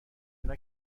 اینا